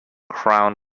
crown